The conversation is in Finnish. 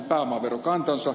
kysyn nyt